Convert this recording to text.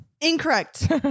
Incorrect